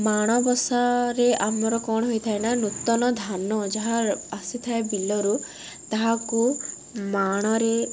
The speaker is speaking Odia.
ମାଣବସାରେ ଆମର କ'ଣ ହୋଇଥାଏ ନା ନୂତନ ଧାନ ଯାହା ଆସିଥାଏ ବିଲରୁ ତାହାକୁ ମାଣରେ